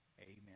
amen